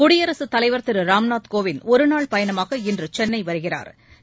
குடியரசுத்தலைவா் திரு ராம்நாத் கோவிந்த் ஒருநாள் பயணமாக இன்று சென்னை வருகிறாா்